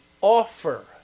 offer